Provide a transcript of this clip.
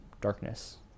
darkness